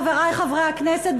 חברי חברי הכנסת,